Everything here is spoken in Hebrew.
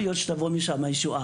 לא תבוא ישועה.